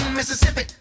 Mississippi